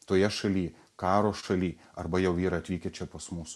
toje šaly karo šaly arba jau yra atvykę čia pas mus